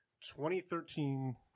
2013